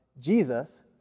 Jesus